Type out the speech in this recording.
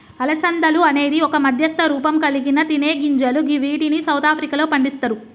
అలసందలు అనేది ఒక మధ్యస్థ రూపంకల్గిన తినేగింజలు గివ్విటిని సౌత్ ఆఫ్రికాలో పండిస్తరు